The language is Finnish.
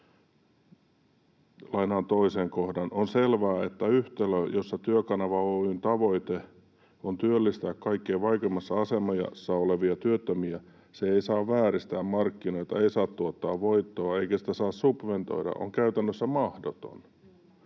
Lainaan toisen kohdan: ”On selvää, että yhtälö, jossa Työkanava Oy:n tavoite on työllistää kaikkein vaikeimmassa asemassa olevia työttömiä, se ei saa vääristää markkinoita, ei saa tuottaa voittoa eikä sitä saa subventoida, on käytännössä mahdoton.